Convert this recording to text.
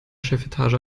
chefetage